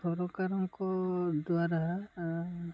ସରକାରଙ୍କ ଦ୍ୱାରା